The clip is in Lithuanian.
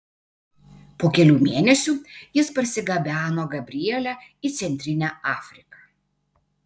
po kelių mėnesių jis parsigabeno gabrielę į centrinę afriką